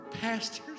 pastors